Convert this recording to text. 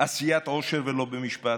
עשיית עושר ולא במשפט,